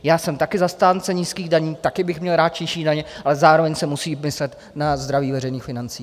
Já jsem také zastáncem nízkých daní, také bych měl rád nižší daně, ale zároveň se musí myslet na zdraví veřejných financí.